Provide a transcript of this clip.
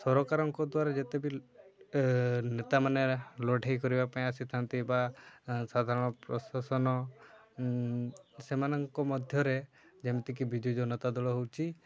ସରକାରଙ୍କ ଦ୍ୱାରା ଯେତେ ବି ନେତାମାନେ ଲଢ଼େଇ କରିବା ପାଇଁ ଆସିଥାନ୍ତି ବା ସାଧାରଣ ପ୍ରଶାସନ ସେମାନଙ୍କ ମଧ୍ୟରେ ଯେମିତିକି ବିଜୁଜନତା ଦଳ ହେଉଛି